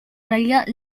realidad